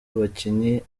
abakinnyi